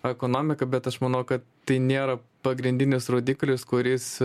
ekonomiką bet aš manau kad tai nėra pagrindinis rodiklis kuris